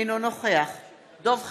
אינו נוכח דב חנין,